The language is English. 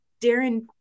Darren